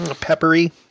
Peppery